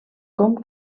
com